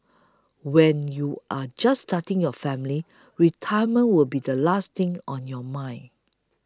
when you are just starting your family retirement will be the last thing on your mind